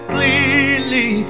Clearly